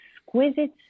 exquisite